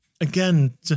again